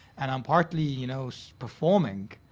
and i'm partly, you know, so performing,